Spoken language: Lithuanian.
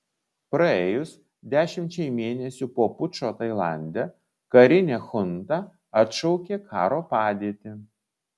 praėjus dešimčiai mėnesių po pučo tailande karinė chunta atšaukė karo padėtį